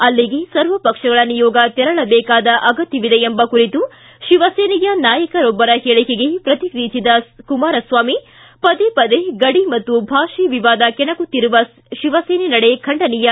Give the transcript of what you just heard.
ಅಲ್ಲಿಗೆ ಸರ್ವಪಕ್ಷಗಳ ನಿಯೋಗ ತೆರಳಬೇಕಾದ ಅಗತ್ಯವಿದೆ ಎಂಬ ಕುರಿತು ಶಿವಸೇನೆಯ ನಾಯಕರೊಬ್ಬರ ಹೇಳಿಕೆಗೆ ಪ್ರತಿಕ್ರಿಯಿಸಿದ ಕುಮಾರಸ್ವಾಮಿ ಪದೇ ಪದೆ ಗಡಿ ಭಾಷೆ ವಿವಾದ ಕೇಣಕುತ್ತಿರುವ ಶಿವಸೇನೆ ನಡೆ ಖಂಡನೀಯ